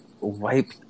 wipe